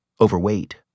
overweight